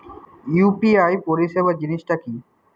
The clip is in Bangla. ইউ.পি.আই পরিসেবা জিনিসটা কি?